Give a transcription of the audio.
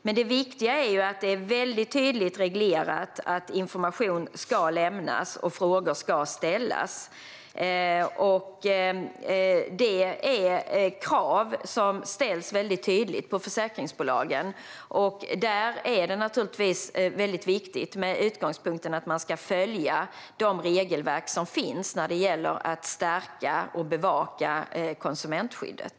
Men det viktiga är att det är tydligt reglerat att information ska lämnas och frågor ska ställas. Det är krav som tydligt ställs på försäkringsbolagen. Där är det viktigt att ha utgångspunkten att följa de regelverk som finns när det gäller att stärka och bevaka konsumentskyddet.